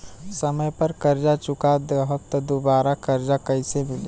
समय पर कर्जा चुका दहम त दुबाराकर्जा कइसे मिली?